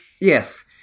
Yes